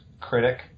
critic